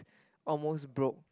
almost broke